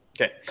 okay